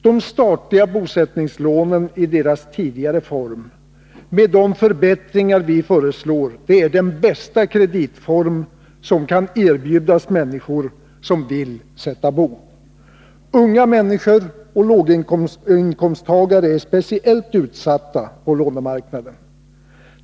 De statliga bosättningslånen i deras tidigare form, med de förbättringar vi föreslår, är den bästa kreditform som kan erbjudas människor som vill sätta bo. Unga människor och låginkomsttagare är speciellt utsatta på lånemarknaden.